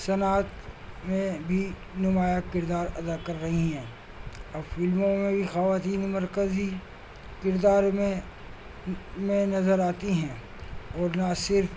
صنعت میں بھی نمایاں کردار ادا کر رہی ہیں اور فلموں میں بھی خواتین مرکزی کردار میں میں نظر آتی ہیں اور نہ صرف